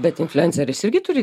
bet infliuenceris irgi turi